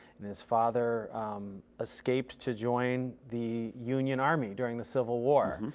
and his father escaped to join the union army during the civil war.